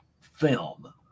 film